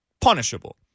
punishable